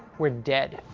we're dead.